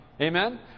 Amen